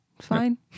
fine